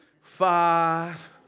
Five